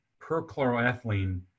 perchloroethylene